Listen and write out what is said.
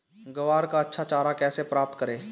ग्वार का अच्छा चारा कैसे प्राप्त करें?